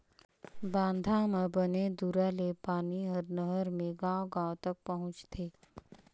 बांधा म बने दूरा ले पानी हर नहर मे गांव गांव तक पहुंचथे